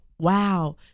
wow